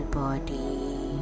body